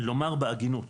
לומר בעדינות.